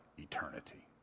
Eternity